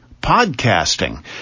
podcasting